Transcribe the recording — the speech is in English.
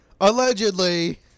allegedly